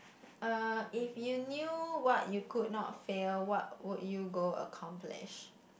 uh if you knew what you could not fail what would you go accomplish